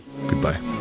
goodbye